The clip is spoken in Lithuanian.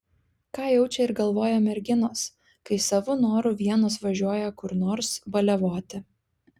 ką jaučia ir galvoja merginos kai savo noru vienos važiuoja kur nors baliavoti